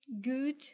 good